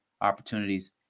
opportunities